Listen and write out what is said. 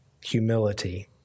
Humility